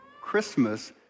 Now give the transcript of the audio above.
Christmas